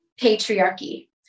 patriarchy